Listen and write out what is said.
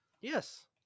Yes